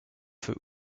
für